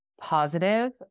positive